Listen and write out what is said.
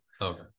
okay